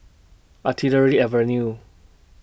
Artillery Avenue